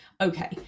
okay